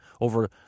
over